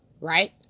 right